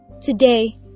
Today